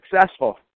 successful